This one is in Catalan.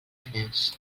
tres